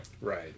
Right